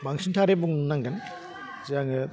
बांसिनथारै बुंनो नांगोन जे आङो